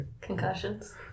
Concussions